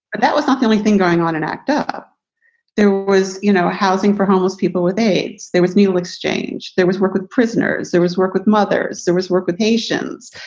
but that was not the only thing going on an act. um there was no you know housing for homeless people with aids. there was needle exchange. there was work with prisoners. there was work with mothers. there was work with patients.